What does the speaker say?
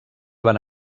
van